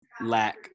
lack